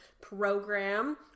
program